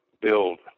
build